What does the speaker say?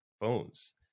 phones